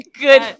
good